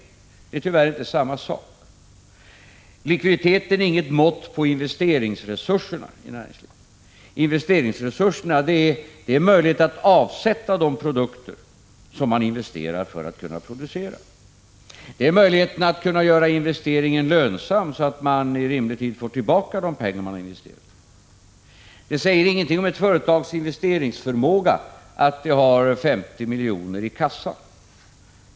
Det är tyvärr inte samma sak. Likviditeten är inget mått på investeringsresurserna i näringslivet. Investeringsresurserna är relaterade till möjligheterna att avsätta de produkter som man investerar för att kunna producera, till möjligheterna att göra investeringen lönsam, så att man i rimlig tid får tillbaka de pengar man har investerat. Det säger ingenting om ett företags investeringsförmåga att det har 50 miljoner i kassan.